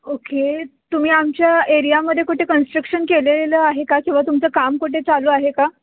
okay तुम्ही आमच्या एरियामध्ये कुठे कन्स्ट्रक्शन केलेलं आहे का किंवा तुमचं काम कुठे चालू आहे का